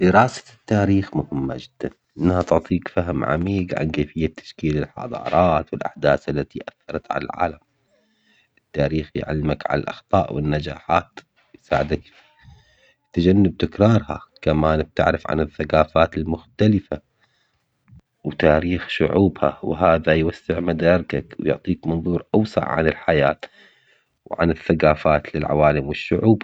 دراسة التاريخ مهمة جداً لأنها تعطيك فهم عميق عن كيفية تشكيل الحضارات والأحداث التي أثرت على العالم، التاريخ يعلمك على الأخطاء والنجاحات يساعدك تجنب تكرارها، كمان بتعرف عن الثقافات المختلفة وتاريخ شعوبها وهذا يوسع مداركك ويعطيك منظور أوسع عن الحياة وعن الثقافات للعوالم والشعوب.